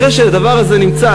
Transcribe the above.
אחרי שהדבר הזה נמצא,